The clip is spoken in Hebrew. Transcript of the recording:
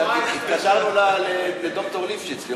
התקשרנו לד"ר ליפשיץ.